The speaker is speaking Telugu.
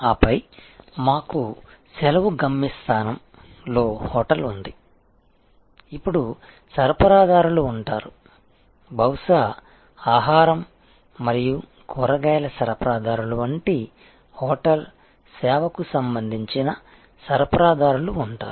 ఆపై మాకు సెలవు గమ్యస్థానంలో హోటల్ ఉంది ఇప్పుడు సరఫరాదారులు ఉంటారు బహుశా ఆహారం మరియు కూరగాయల సరఫరాదారులు వంటి హోటల్ సేవకు సంబంధించిన సరఫరాదారులు ఉంటారు